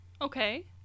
Okay